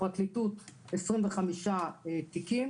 בפרקליטות 25 תיקים,